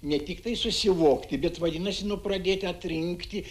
ne tiktai susivokti bet vadinasi nu pradėti atrinkti